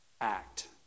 act